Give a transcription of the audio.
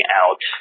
out